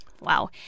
wow